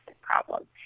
problem